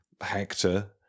Hector